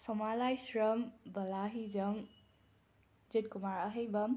Soma Laishram Bala Hijam Jitkumar Aheibam